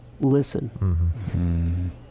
listen